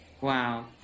Wow